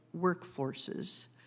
workforces